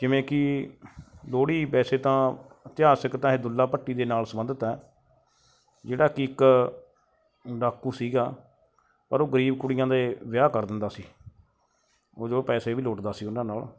ਜਿਵੇਂ ਕਿ ਲੋਹੜੀ ਵੈਸੇ ਤਾਂ ਇਤਿਹਾਸਿਕ ਤਾਂ ਇਹ ਦੁੱਲਾ ਭੱਟੀ ਦੇ ਨਾਲ ਸੰਬੰਧਿਤ ਹੈ ਜਿਹੜਾ ਕਿ ਇੱਕ ਡਾਕੂ ਸੀਗਾ ਪਰ ਉਹ ਗਰੀਬ ਕੁੜੀਆਂ ਦੇ ਵਿਆਹ ਕਰ ਦਿੰਦਾ ਸੀ ਉਹ ਜੋ ਪੈਸੇ ਵੀ ਲੁੱਟਦਾ ਸੀ ਉਹਨਾਂ ਨਾਲ